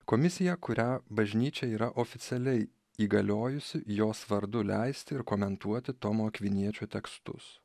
komisija kurią bažnyčia yra oficialiai įgaliojusi jos vardu leisti ir komentuoti tomo akviniečio tekstus